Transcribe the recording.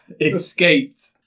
escaped